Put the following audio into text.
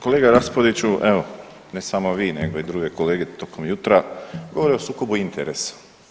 Kolega Raspudiću, evo, ne samo vi nego i druge kolege tokom jutra govore o sukobu interesa.